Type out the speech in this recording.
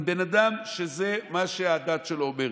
אם בן אדם זה מה שהדת שלו אומרת,